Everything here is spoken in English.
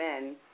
men